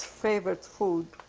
favorite food.